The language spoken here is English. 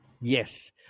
Yes